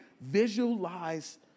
Visualize